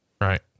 Right